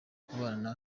kubana